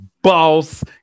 boss